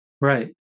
right